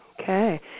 Okay